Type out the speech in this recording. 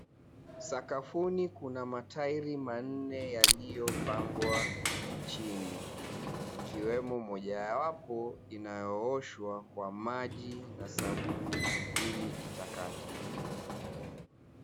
Sakafuni kuna matajiri manne yaliyopangwa chini. Ikiwemo moja ya wapo inaoshwa kwa maji na sabuni ili itakate.